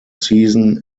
season